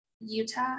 Utah